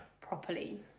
properly